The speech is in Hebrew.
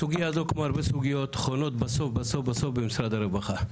הסוגייה הזאת כמו הרבה סוגיות חונות בסוף בסוף במשרד הרווחה.